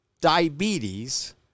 diabetes